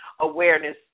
awareness